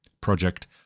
Project